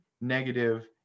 negative